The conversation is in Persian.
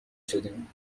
شدیم